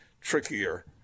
trickier